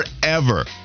forever